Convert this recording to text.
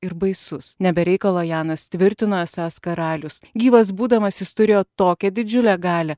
ir baisus ne be reikalo janas tvirtino esąs karalius gyvas būdamas jis turėjo tokią didžiulę galią